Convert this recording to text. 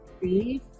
breathe